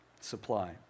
Supply